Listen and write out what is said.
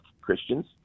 Christians